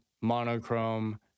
monochrome